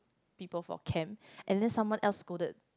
people for camp and then someone else scolded